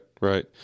right